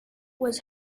was